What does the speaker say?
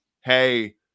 hey